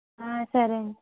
సరే అండి